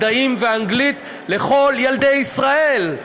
מדעים ואנגלית לכל ילדי ישראל.